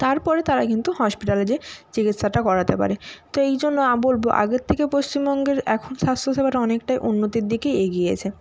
তারপরে তারা কিন্তু হসপিটালে যেয়ে চিকিৎসাটা করাতে পারে তো এই জন্য বলব আগের থেকে পশ্চিমবঙ্গের এখন স্বাস্থ্যসেবাটা অনেকটাই উন্নতির দিকে এগিয়েছে